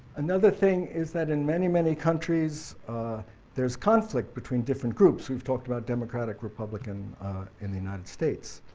another thing is that in many, many countries there's conflict between different groups, we've talked about democratic, republican in the united states.